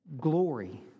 glory